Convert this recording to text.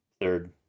third